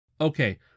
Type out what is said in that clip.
Okay